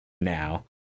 Now